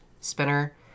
Spinner